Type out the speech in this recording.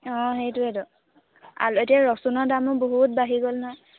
অঁ সেইটোৱেইটো আলু এতিয়া ৰচুনৰ দামো বহুত বাঢ়ি গ'ল নাই